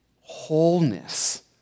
wholeness